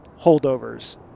holdovers